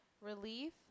relief